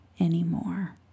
anymore